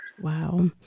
Wow